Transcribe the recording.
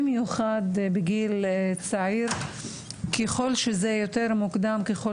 במיוחד בגיל צעיר וככל שזה נעשה יותר מוקדם וככל